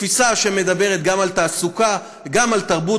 תפיסה שמדברת גם על תעסוקה וגם על תרבות.